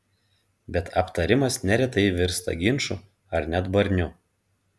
bet aptarimas neretai virsta ginču ar net barniu